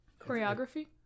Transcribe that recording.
Choreography